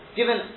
given